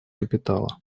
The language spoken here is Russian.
капитала